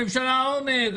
הממשלה ועומק.